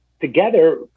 together